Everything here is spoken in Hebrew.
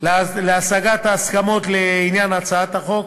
להשגת ההסכמות לעניין הצעת החוק,